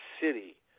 city